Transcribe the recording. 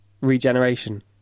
regeneration